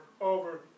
over